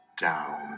down